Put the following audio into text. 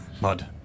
mud